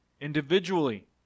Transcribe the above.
Individually